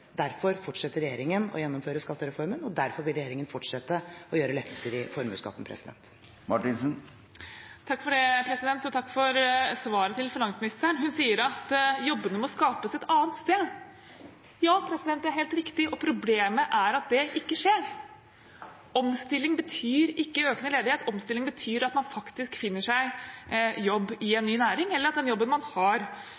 Derfor fortsetter regjeringen å gjennomføre skattereformen, og derfor vil regjeringen fortsette å gjøre lettelser i formuesskatten. Takk for svaret til finansministeren. Hun sier at jobbene må skapes et annet sted. Ja, det er helt riktig, problemet er at det ikke skjer. Omstilling betyr ikke økende ledighet, omstilling betyr at man faktisk finner seg jobb i en